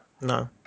No